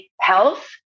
health